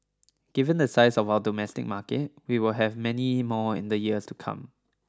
given the size of our domestic market we will have many more in the years to come